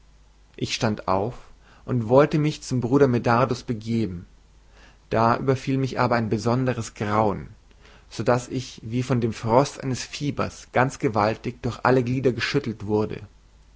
ich stand auf und wollte mich zum bruder medardus begeben da überfiel mich aber ein besonderes grauen so daß ich wie von dem frost eines fiebers ganz gewaltig durch alle glieder geschüttelt wurde